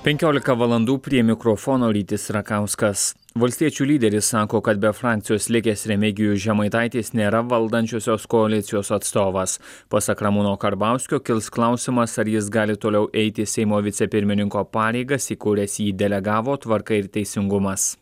penkiolika valandų prie mikrofono rytis rakauskas valstiečių lyderis sako kad be frakcijos likęs remigijus žemaitaitis nėra valdančiosios koalicijos atstovas pasak ramūno karbauskio kils klausimas ar jis gali toliau eiti seimo vicepirmininko pareigas į kurias jį delegavo tvarka ir teisingumas